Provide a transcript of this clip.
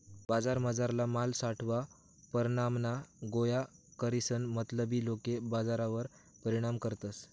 बजारमझारला माल सावठा परमाणमा गोया करीसन मतलबी लोके बजारवर परिणाम करतस